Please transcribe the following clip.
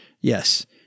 Yes